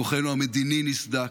כוחנו המדיני נסדק,